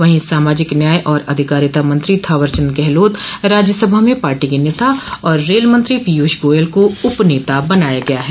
वहीं सामाजिक न्याय और अधिकारिता मंत्री थावरचंद गहलोत राज्य सभा में पार्टी के नेता और रेल मंत्री पीयूष गोयल को उप नेता बनाया गया है